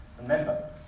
Remember